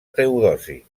teodosi